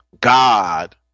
God